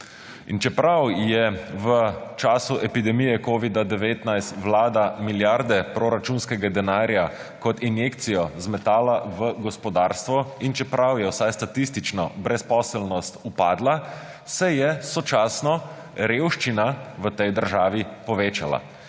Čeprav je v času epidemije covid-19 Vlada milijarde proračunskega denarja kot injekcijo zmetala v gospodarstvo in čeprav je vsaj statistično brezposelnost upadla, se je sočasno revščina v tej državi povečala